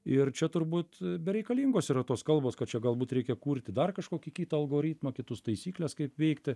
ir čia turbūt bereikalingos yra tos kalbos kad čia galbūt reikia kurti dar kažkokį kitą algoritmą kitus taisykles kaip veikti